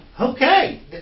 Okay